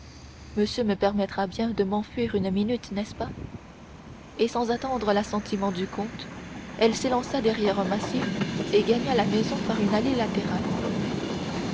monsieur me permettra bien de m'enfuir une minute n'est-ce pas et sans attendre l'assentiment du comte elle s'élança derrière un massif et gagna la maison par une allée latérale